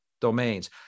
domains